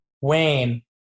Wayne